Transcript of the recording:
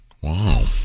wow